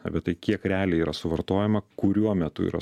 apie tai kiek realiai yra suvartojama kuriuo metu yra